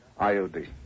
IOD